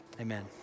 amen